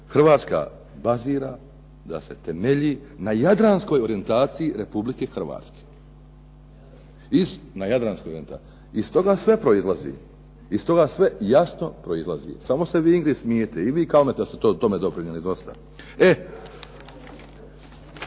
Hrvatska bazira da se temelji na jadranskog orijentaciji Republike Hrvatske. Iz toga sve jasno proizlazi, iz toga sve proizlazi. Samo se vi Ingrid smijte i vi i Kalmeta ste tome doprinijeli dosta. Zbog